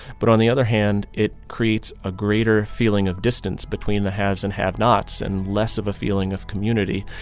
but on the other hand, it creates a greater feeling of distance between the haves and have-nots and less of a feeling of community.